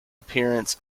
appearance